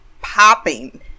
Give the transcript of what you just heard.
popping